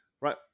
right